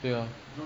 对 ah